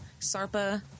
Sarpa